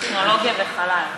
טכנולוגיה וחלל.